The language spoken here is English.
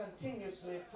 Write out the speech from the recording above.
continuously